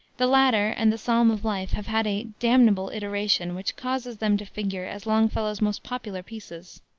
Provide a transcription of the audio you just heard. the latter, and the psalm of life, have had a damnable iteration which causes them to figure as longfellow's most popular pieces.